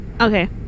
Okay